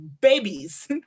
babies